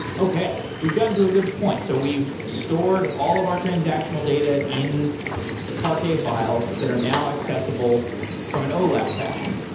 okay, we've gotten to a good point. so we've stored all of our transactional data in parquet files that are now accessible from an olap fashion.